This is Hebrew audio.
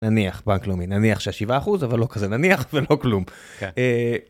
נניח בנק לאומי נניח שהשיבעה אחוז אבל לא כזה נניח ולא כלום.